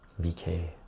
VK